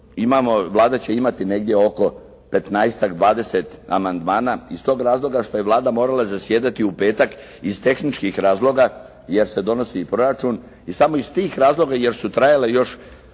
Vlada će imati negdje oko 15-ak 20 amandmana iz toga razloga što je Vlada morala zasjedati u petak iz tehničkih razloga, jer se donosi proračun, i samo iz tih razloga jer su trajale još